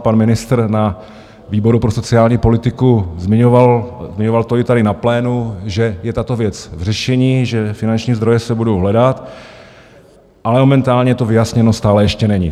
Pan ministr na výboru pro sociální politiku zmiňoval zmiňoval to i tady na plénu že je tato věc v řešení, že finanční zdroje se budou hledat, ale momentálně to vyjasněno stále ještě není.